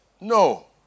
No